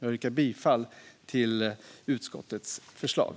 Jag yrkar bifall till utskottets förslag.